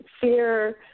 fear